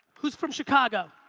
who's from chicago?